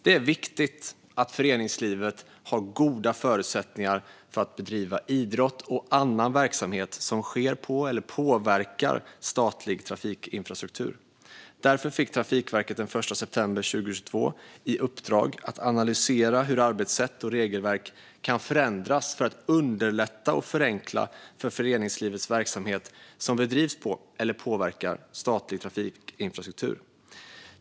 Det är viktigt att föreningslivet har goda förutsättningar för att bedriva idrott och annan verksamhet som sker på, eller påverkar, statlig trafikinfrastruktur. Därför fick Trafikverket den 1 september 2022 i uppdrag att analysera hur arbetssätt och regelverk kan förändras för att underlätta och förenkla för föreningslivets verksamhet som bedrivs på, eller påverkar, statlig trafikinfrastruktur.